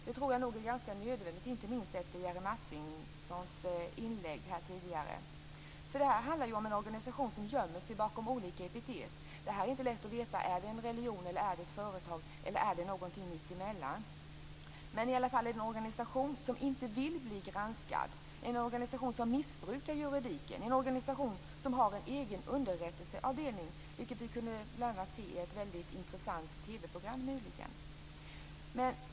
Det är nog ganska nödvändigt, inte minst efter Jerry Martingers inlägg här tidigare. Detta handlar om en organisation som gömmer sig bakom olika epitet. Det är inte lätt att veta om det är en religion eller om det är ett företag. Eller är det någonting mitt emellan? Men det är i alla fall en organisation som inte vill bli granskad, en organisation som missbrukar juridiken, en organisation som har en egen underrättelsetjänst, vilket vi kunde se i ett väldigt intressant TV-program nyligen.